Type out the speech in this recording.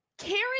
Karen